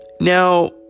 Now